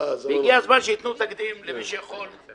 הגיע הזמן שייתנו תקדים למי שיכול.